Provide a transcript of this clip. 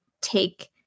take